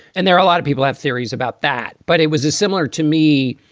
and there are a lot of people have theories about that. but it was as similar to me.